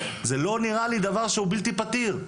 זה לא נראה לי דבר בלתי פתיר.